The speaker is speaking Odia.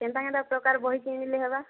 କେନ୍ତା କେନ୍ତା ପ୍ରକାର ବହି କିଣିଲେ ହେବା